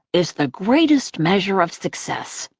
is the greatest measure of success.